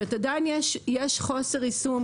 כלומר עדיין יש חוסר יישום